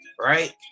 Right